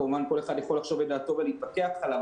וכמובן שכל אחד יכול לחשוב את דעתו ולהתווכח עליו